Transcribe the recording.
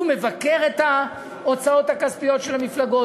הוא מבקר את ההוצאות הכספיות של המפלגות,